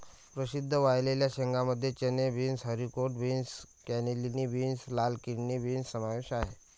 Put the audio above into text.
प्रसिद्ध वाळलेल्या शेंगांमध्ये चणे, beans, haricot beans, cannellini beans, लाल किडनी बीन्स समावेश आहे